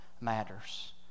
matters